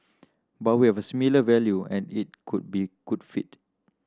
but we have similar value and it could be good fit